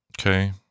Okay